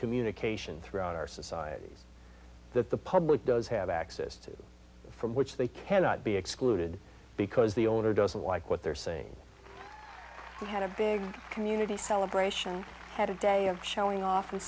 communication throughout our societies that the public does have access to from which they cannot be excluded because the owner doesn't like what they're saying we had a big community celebration at a day of showing off